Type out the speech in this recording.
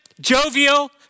jovial